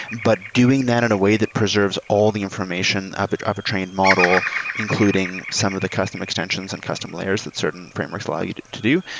but doing that in a way that preserves all the information of of a trained model including some of the custom extensions and custom layers that certain frameworks allow you to do,